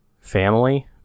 family